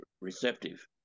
receptive